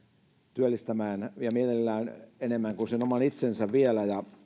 työllistämään ja mielellään enemmän kuin sen oman itsensä vielä esimerkiksi